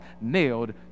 nailed